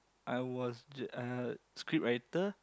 I was j~ uh scriptwriter